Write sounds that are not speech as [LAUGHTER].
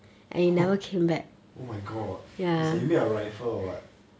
[NOISE] oh my god is it made of rifle or [what]